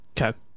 Okay